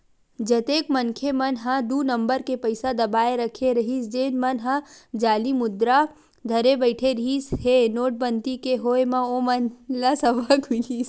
जतेक मनखे मन ह दू नंबर के पइसा दबाए रखे रहिस जेन मन ह जाली मुद्रा धरे बइठे रिहिस हे नोटबंदी के होय म ओमन ल सबक मिलिस